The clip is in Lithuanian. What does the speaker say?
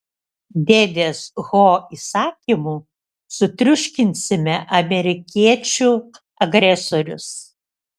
dėdės ho įsakymu sutriuškinsime amerikiečių agresorius